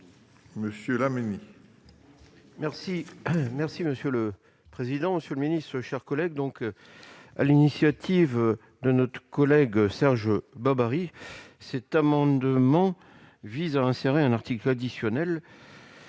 monsieur l'a menée. Merci, merci, monsieur le président, monsieur le ministre, chers collègues, donc à l'initiative de notre collègue Serge Babary, cet amendement vise à insérer un article additionnel